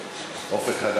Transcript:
חבר